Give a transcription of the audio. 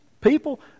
people